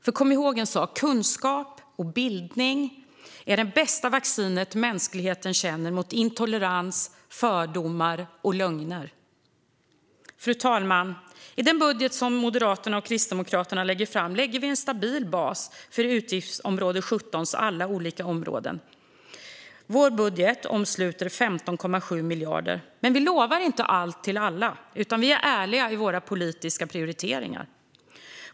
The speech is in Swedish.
För kom ihåg en sak: Kunskap och bildning är det bästa vaccin mänskligheten känner mot intolerans, fördomar och lögner. Fru talman! I den budget som Moderaterna och Kristdemokraterna lägger fram lägger vi en stabil bas för alla olika områden som ingår i utgiftsområde 17. Vår budget omsluter 15,7 miljarder, men vi lovar inte allt till alla utan är ärliga i våra politiska prioriteringar.